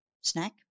snack